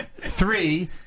Three